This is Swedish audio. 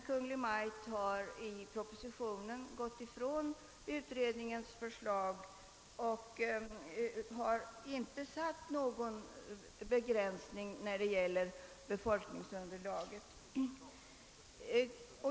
Kungl. Maj:t har i propositionen gått ifrån utredningens förslag och har inte gjort någon begränsning i fråga om befolkningsunderlaget.